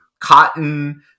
Cotton